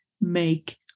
make